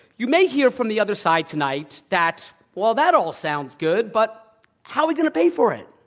you may hear from the other side tonight that, well, that all sounds good. but how are we going to pay for it?